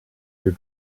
your